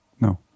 No